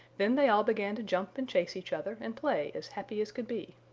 then they all began to jump and chase each other and play as happy as could be,